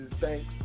thanks